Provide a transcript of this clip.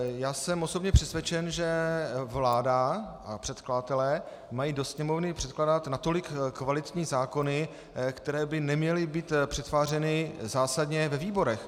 Já jsem osobně přesvědčen, že vláda a předkladatelé mají do Sněmovny předkládat natolik kvalitní zákony, které by neměly být přetvářeny zásadně ve výborech.